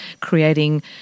creating